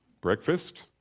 breakfast